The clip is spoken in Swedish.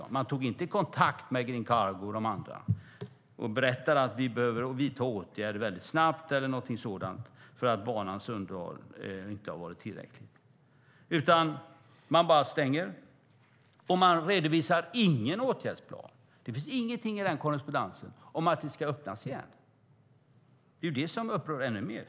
Man tog inte kontakt med Green Cargo och de andra och berättade att man behövde vidta åtgärder mycket snabbt eller något sådant, eftersom banans underhåll inte hade varit tillräckligt, utan man bara stängde, och man har inte redovisat någon åtgärdsplan. Det finns inget i korrespondensen om att banan ska öppnas igen. Det upprör ännu mer.